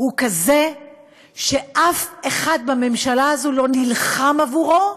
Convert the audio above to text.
הוא כזה שאף אחד בממשלה הזאת לא נלחם עבורו,